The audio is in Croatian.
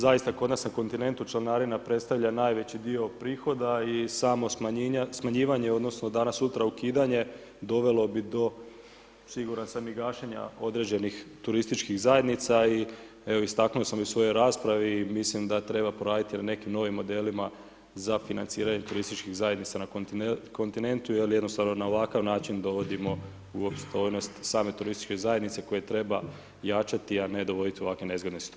Zaista, kod nas na kontinentu, članarina predstavlja najveći dio prihoda i samo smanjivanje odnosno danas-sutra ukidanje, dovelo bi do siguran sam i gašenja određenih turističkih zajednica i evo, istaknuo sam i u svojoj raspravi, mislim da treba poraditi na nekim novim modelima za financiranje turističkih zajednica na kontinentu jer jednostavno na ovakav način dovodimo u opstojnost same turističke zajednice koje treba jačati a ne dovoditi u ovakve nezgodne situacije.